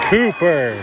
Cooper